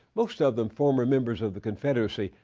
most of them former members of the confederacy,